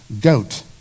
goat